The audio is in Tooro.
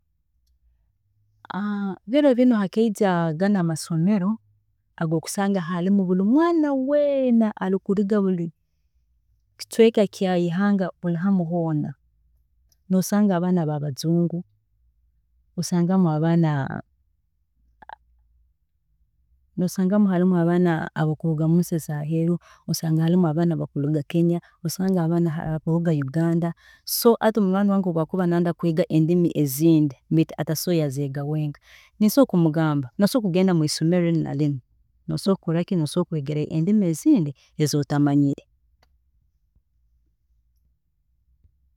biro binu hakaija ganu amasomero agu oksanga harumu buri mwaana weena akuruga mu buri kicweeka kihanga ryoona, nosangamu abaana abaabajungu, nosangamu abaana, nosangamu harumu abaana abakuruga omunsi, ezaheeru, nosangamu abaana abakuruga Kenya, nosangamu abaana abakuruga mu Uganda, so hati munywaani wange obu akuba nayenda kwega endimi ezindi, osobola kumugamba asobola kugenda mumasomero agasobora kukoraki, agasobora kwegesa endimi ezindi ezi otamanyire